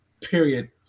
period